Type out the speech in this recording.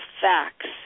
facts